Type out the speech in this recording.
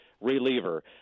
reliever